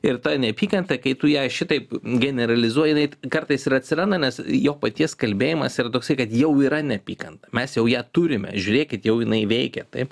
ir ta neapykanta kai tu ją šitaip generalizuoji jinai kartais ir atsiranda nes jo paties kalbėjimas yra toksai kad jau yra neapykanta mes jau ją turime žiūrėkit jau jinai veikia taip